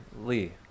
lee